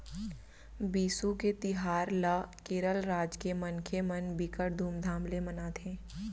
बिसु के तिहार ल केरल राज के मनखे मन बिकट धुमधाम ले मनाथे